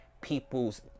people's